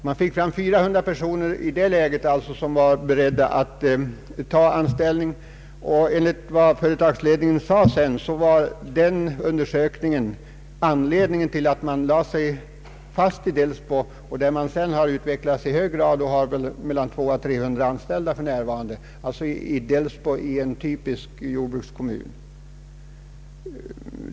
Man fick fram 400 personer som var beredda att ta anställning, och enligt vad företagsledningen sedan sade var den undersökningen anledningen till att anläggningen uppfördes just i Delsbo, alltså en typisk jordbrukskommun, där den sedan har utvecklats så att den för närvarande har mellan 200 och 300 anställda.